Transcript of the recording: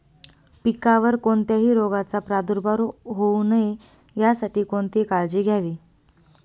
पिकावर कोणत्याही रोगाचा प्रादुर्भाव होऊ नये यासाठी कोणती काळजी घ्यावी?